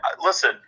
Listen